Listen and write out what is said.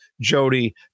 Jody